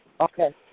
Okay